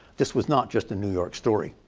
this was not just a new york story.